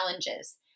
challenges